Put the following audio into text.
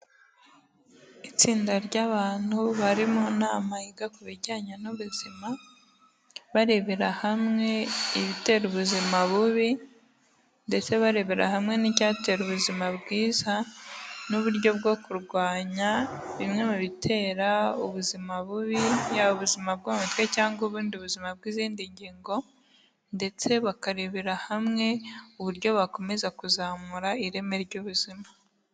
Itsinda ry'abantu bari mu nama yiga ku bijyanye n'ubuzima, barebera hamwe ibitera ubuzima bubi ,ndetse barebera hamwe n'icyatera ubuzima bwiza, n'uburyo bwo kurwanya bimwe mu bitera ubuzima bubi yaba ubuzima bwo mu mutwe cyangwa ubundi buzima bw'izindi ngingo, ndetse bakarebera hamwe uburyo bakomeza kuzamura ireme ry'ubuzima.